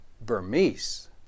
Burmese